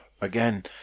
Again